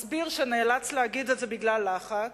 מסביר שנאלץ להגיד את זה בגלל לחץ.